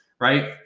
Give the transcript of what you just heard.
right